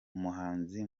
umuhanzi